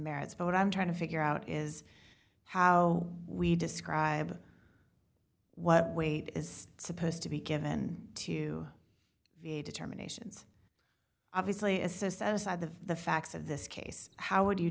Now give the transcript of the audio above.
merits but what i'm trying to figure out is how we describe what weight is supposed to be given to v a determinations obviously assist set aside the the facts of this case how would you